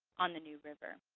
on the new river.